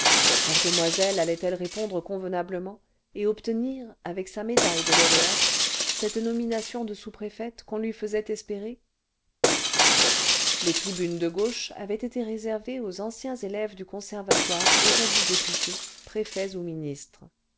leur demoiselle allaitelle répondre convenablement et obtenir avec sa médaille cle lauréate cette nomination cle sous-préfète qu'on lui faisait espérer les tribunes de gauche avaient été réservées aux anciens élèves du conservatoire aujourd'hui députés préfets ou ministres